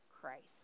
Christ